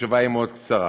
התשובה היא מאוד קצרה.